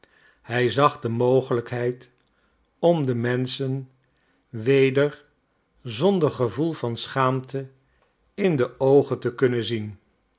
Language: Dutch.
hij zag de mogelijkheid om de menschen weder zonder gevoel van schaamte in de oogen te kunnen zien